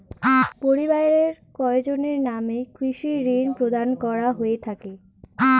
পরিবারের কয়জনের নামে কৃষি ঋণ প্রদান করা হয়ে থাকে?